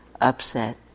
upset